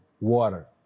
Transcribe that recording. water